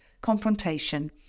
confrontation